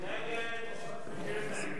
חד"ש לסעיף